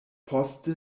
poste